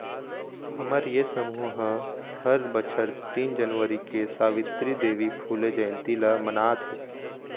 हमर ये समूह ह हर बछर तीन जनवरी के सवित्री देवी फूले जंयती ल मनाथे